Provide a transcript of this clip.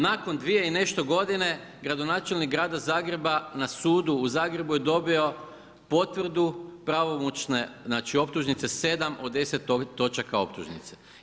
Nakon dvije i nešto godine gradonačelnik grada Zagreba na sudu u Zagrebu je dobio potvrdu pravomoćne znači optužnice sedam od deset točaka optužnice.